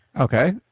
Okay